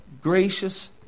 gracious